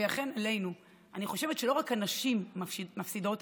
אני חושבת שלא רק הנשים מפסידות,